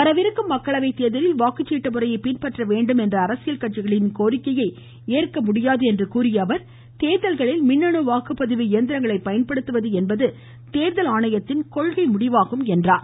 வரவிருக்கும் மக்களவைத் தேர்தலில் வாக்குச்சீட்டு முறையை பின்பற்ற வேண்டும் என்ற அரசியல் கட்சிகளின் கோரிக்கையை ஏற்க முடியாது என்று கூறிய அவர் தேர்தல்களில் மின்னணு வாக்குப்பதிவு இயந்திரங்களை பயன்படுத்துவது என்பது தேர்தல் ஆணையத்தின் கொள்கை முடிவாகும் என்றார்